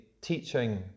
teaching